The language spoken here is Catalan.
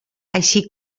així